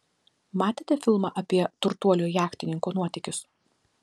matėte filmą apie turtuolio jachtininko nuotykius